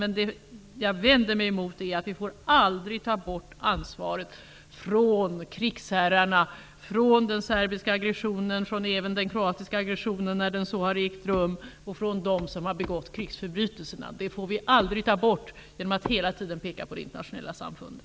Men jag betonar starkt att vi aldrig får ta bort ansvaret från krigsherrarna när det gäller den serbiska och även den kroatiska aggressionen när de så har ägt rum och från dem som har begått krigsförbrytelser. Det ansvaret får vi aldrig ta bort genom att hela tiden peka på det internationella samfundet.